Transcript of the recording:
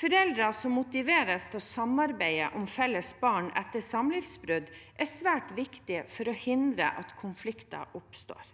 Foreldre som motiveres til å samarbeide om felles barn etter samlivsbrudd, er svært viktig for å hindre at konflikter oppstår,